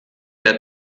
der